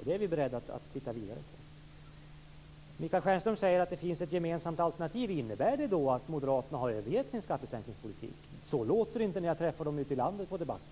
Det är vi beredda att titta vidare på. Michael Stjernström säger att det finns ett gemensamt alternativ. Innebär det att Moderaterna har övergett sin skattesänkningspolitik? Så låter det inte när jag träffar moderater i debatter ute i landet.